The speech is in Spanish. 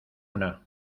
una